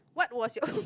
what was your